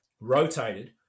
rotated